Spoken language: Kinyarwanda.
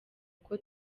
uko